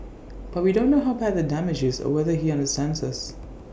but we don't know how bad the damage is or whether he understands us